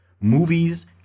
Movies